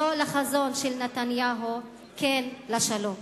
לא לחזון של נתניהו, כן לשלום.